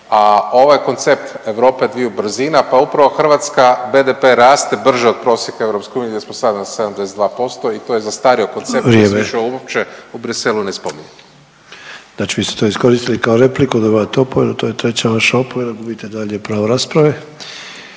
a ovaj koncept Europe dviju brzina, pa upravo Hrvatska, BDP raste brže od prosjeka EU gdje smo sad na 72% i to je zastario koncept…/Upadica Sanader: Vrijeme/…to se više uopće u Briselu ne spominje. **Sanader, Ante (HDZ)** Znači vi ste to iskoristili kao repliku, dobivate opomenu, to je treća vaša opomena i gubite dalje pravo rasprave.